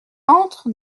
entre